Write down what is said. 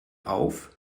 auf